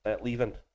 leaving